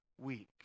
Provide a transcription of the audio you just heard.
week